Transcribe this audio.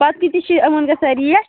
پتہٕ کۭتِس چھِ یِمن گژھان ریٹ